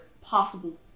possible